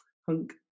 Hunk